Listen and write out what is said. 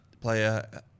player